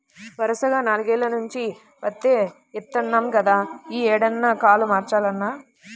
వరసగా నాల్గేల్ల నుంచి పత్తే యేత్తన్నాం గదా, యీ ఏడన్నా కాలు మార్చాలన్నా